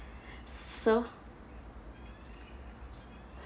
so